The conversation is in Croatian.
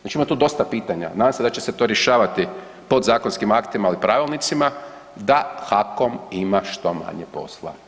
Znači ima tu dosta pitanja, nadam se da će se to rješavati podzakonskim aktima ili pravilnicima, da HAKOM ima što manje posla.